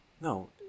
No